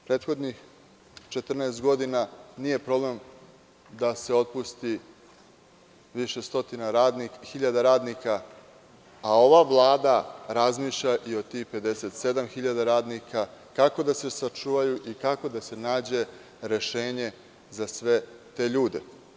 Prethodnih 14 godina nije bio problem da se otpusti više stotina hiljada radnika, a ova Vlada razmišlja i o tih 57 hiljada radnika, kako da se sačuvaju i kako da se nađe rešenje za sve te ljude?